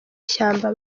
ishyamba